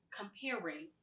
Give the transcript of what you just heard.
comparing